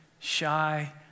shy